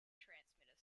transmitter